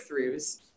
breakthroughs